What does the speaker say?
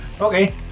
Okay